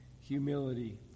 humility